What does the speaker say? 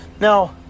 Now